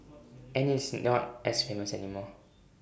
and IT is not as famous anymore